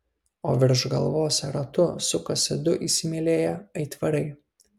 o virš galvos ratu sukosi du įsimylėję aitvarai